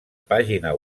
pàgina